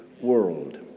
world